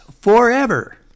forever